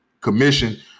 commission